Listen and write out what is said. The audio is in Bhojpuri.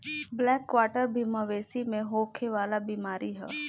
ब्लैक क्वाटर भी मवेशी में होखे वाला बीमारी ह